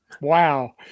Wow